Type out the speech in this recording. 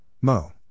Mo